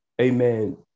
amen